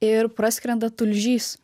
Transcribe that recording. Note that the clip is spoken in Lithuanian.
ir praskrenda tulžys